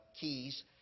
Keys